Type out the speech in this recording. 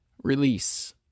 release